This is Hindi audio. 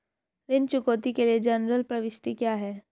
ऋण चुकौती के लिए जनरल प्रविष्टि क्या है?